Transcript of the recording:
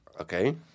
Okay